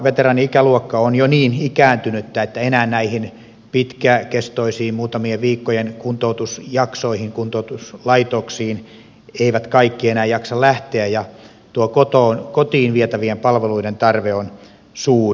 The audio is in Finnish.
veteraani ikäluokka on jo niin ikääntynyttä että enää näihin pitkäkestoisiin muutamien viikkojen kuntoutusjaksoihin kuntoutuslaitoksissa eivät kaikki enää jaksa lähteä ja tuo kotiin vietävien palveluiden tarve on suuri